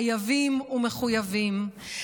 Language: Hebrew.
חייבים ומחויבים,